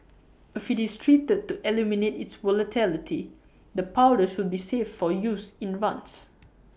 if IT is treated to eliminate its volatility the powder should be safe for use in runs